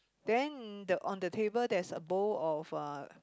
then the on the table there is a bowl of a